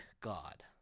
God